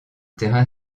terrain